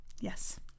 Yes